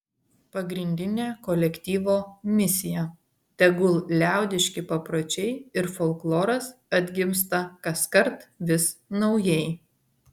pagrindinė kolektyvo misija tegul liaudiški papročiai ir folkloras atgimsta kaskart vis naujai